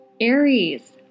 Aries